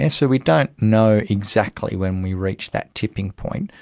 and so we don't know exactly when we reach that tipping point,